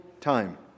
time